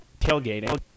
tailgating